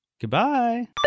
goodbye